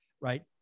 Right